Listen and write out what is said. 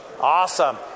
Awesome